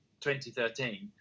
2013